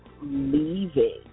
leaving